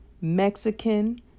Mexican